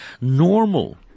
normal